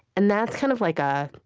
and that's kind of like a